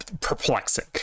perplexing